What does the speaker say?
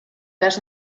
gas